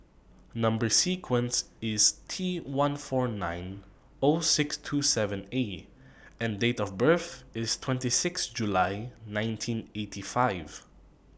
Number sequence IS T one four nine O six two seven A and Date of birth IS twenty six July nineteen eighty five